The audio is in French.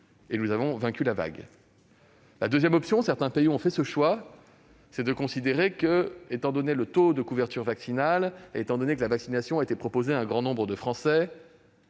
et nous avons vaincu la vague. La deuxième option, et certains pays ont fait ce choix, est de considérer que, au vu du taux de couverture vaccinale et dans la mesure où la vaccination a été proposée à un grand nombre de Français,